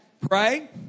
Pray